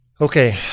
Okay